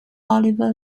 oliver